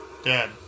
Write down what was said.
Dead